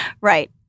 right